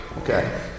okay